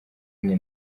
umwe